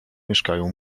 mieszkają